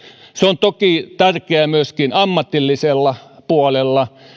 se on toki tärkeä myöskin ammatillisella puolella